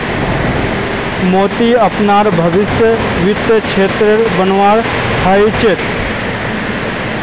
मोहन अपनार भवीस वित्तीय क्षेत्रत बनवा चाह छ